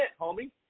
homie